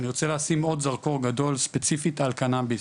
אני רוצה לשים עוד זרקור גדול ספציפית על קנאביס